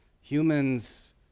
Humans